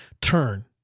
turn